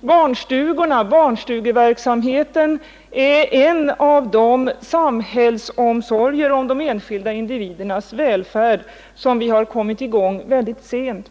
Barnstugeverksamheten är en av de omsorger från samhällets sida om de enskilda individernas välfärd, som vi har kommit i gång med mycket sent.